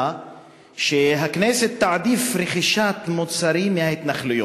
שהכנסת תעדיף רכישת מוצרים מההתנחלויות.